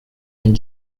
and